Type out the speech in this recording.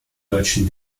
deutschen